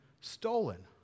stolen